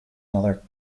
brother